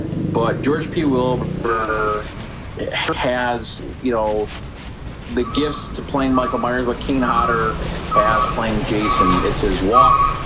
but george p wilbur has you know the gifts to playing michael myers what kane hodder has playing jason? it's his walk.